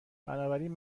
بنابراین